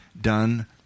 done